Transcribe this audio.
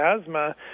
asthma